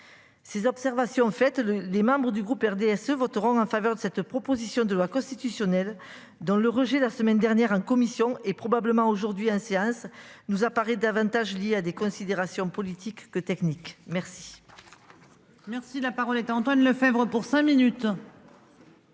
Ces observations faites-le. Les membres du groupe RDSE voteront en faveur de cette proposition de loi constitutionnelle dans le rejet la semaine dernière un commission et probablement aujourd'hui un séance nous apparaît davantage liée à des considérations politiques que techniques. Merci.